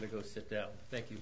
to go sit down thank you